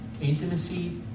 Intimacy